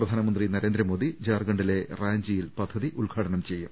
പ്രധാനമന്ത്രി നരേന്ദ്രമോദി ജാർഖണ്ഡിലെ റാഞ്ചിയിൽ പദ്ധതി ഉദ്ഘാടനം ചെയ്യും